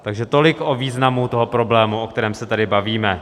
Takže tolik o významu toho problému, o kterém se tady bavíme.